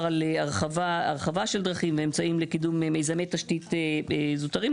על הרחבה של דרכים ואמצעים לקידום מיזמי תשתית זוטרים,